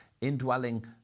indwelling